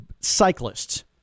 cyclists